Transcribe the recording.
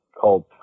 called